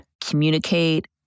communicate